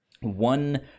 one